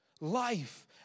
Life